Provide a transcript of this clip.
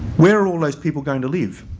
where are all those people going to live?